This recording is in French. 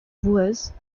boueuses